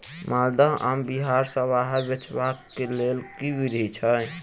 माल्दह आम बिहार सऽ बाहर बेचबाक केँ लेल केँ विधि छैय?